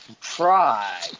try